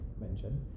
mention